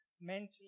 mentally